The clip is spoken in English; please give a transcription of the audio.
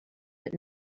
but